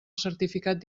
certificat